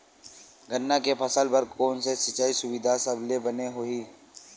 गन्ना के फसल बर कोन से सिचाई सुविधा सबले बने होही?